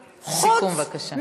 לסיכום, בבקשה.